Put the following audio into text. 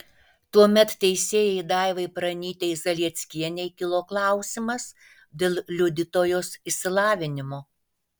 tuomet teisėjai daivai pranytei zalieckienei kilo klausimas dėl liudytojos išsilavinimo